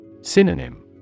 Synonym